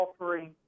offering